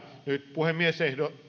nyt